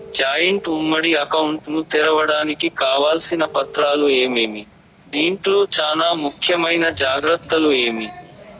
Joint ఉమ్మడి account ను తెరవడానికి కావాల్సిన పత్రాలు ఏమేమి? దీంట్లో చానా ముఖ్యమైన జాగ్రత్తలు ఏమి?